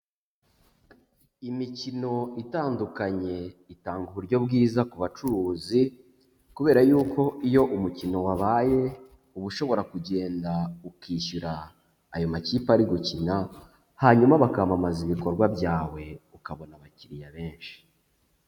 Imikino itandukanye itanga uburyo bwiza ku bacuruzi kubera y'uko iyo umukino wabaye uba ushobora kugenda ukishyura ayo makipe ari gukina, hanyuma bakamamaza ibikorwa byawe ukabona abakiriya benshi.